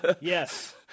yes